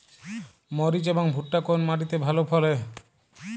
মরিচ এবং ভুট্টা কোন মাটি তে ভালো ফলে?